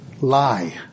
Lie